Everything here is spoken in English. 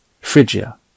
Phrygia